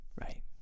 right